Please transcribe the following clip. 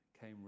came